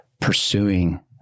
pursuing